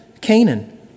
Canaan